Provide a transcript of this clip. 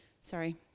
sorry